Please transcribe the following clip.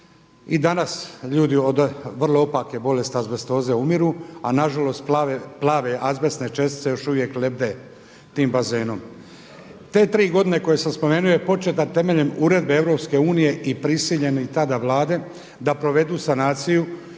i danas ljudi od vrlo opake bolesti azbestoze umiru, a nažalost plave azbestne čestice još uvijek lebde tim bazenom. Te tri godine koje sam spomenuo je početa temeljem uredbe EU i prisiljene tada vlada da provedu sanaciju